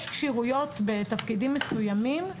יש כשירויות בתפקידים מסוימים.